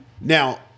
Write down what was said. Now